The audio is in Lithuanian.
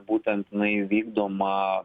būtent jinai vykdoma